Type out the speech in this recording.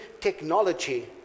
technology